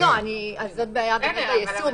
אז זו בעיה באמת ביישום,